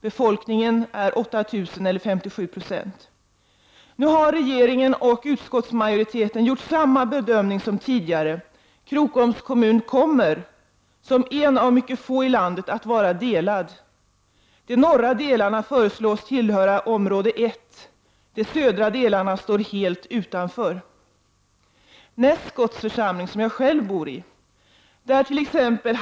Befolkningen uppgår till 8 000 människor eller 57 90. Nu har regeringen och utskottsmajoriteten gjort samma bedömning som tidigare. Krokoms kommun kommer, som en av mycket få i landet, att vara delad. De norra delarna föreslås tillhöra område 1, de södra delarna står helt utanför. Jag bor själv i Näskotts församling.